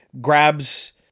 grabs